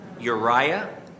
Uriah